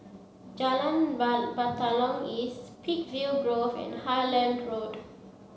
Jalan Batalong East Peakville Grove and Highland Road